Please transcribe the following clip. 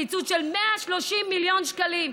קיצוץ של 130 מיליון שקלים.